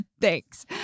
thanks